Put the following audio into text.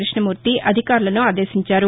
కృష్ణమూర్తి అధికారులను ఆదేశించారు